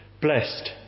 Blessed